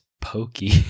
Pokey